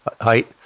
height